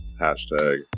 hashtag